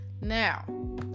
Now